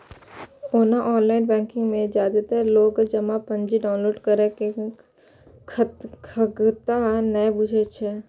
ओना online banking मे जादेतर लोक जमा पर्ची डॉउनलोड करै के खगता नै बुझै छै